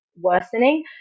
worsening